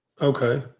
okay